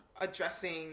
addressing